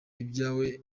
ibyawe